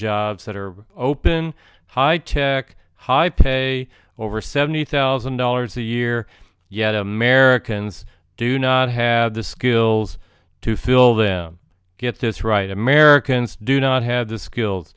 jobs that are open high tech high pay over seventy thousand dollars a year yet americans do not have the skills to fill them get this right americans do not have the skill